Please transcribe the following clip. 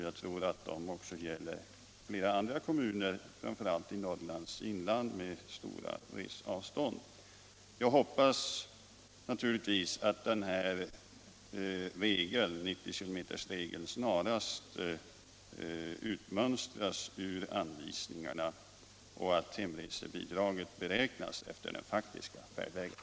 Jag tror att detsamma gäller för flera andra kommuner med stora reseavstånd. Jag hoppas, som sagt, att 90 km-regeln snarast utmönstras ur anvisningarna och att hemresebidraget beräknas efter den faktiska färdvägen.